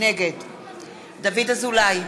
נגד דוד אזולאי,